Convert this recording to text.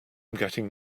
getting